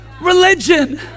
religion